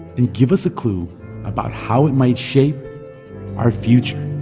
and give us a clue about how it might shape our future